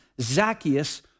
Zacchaeus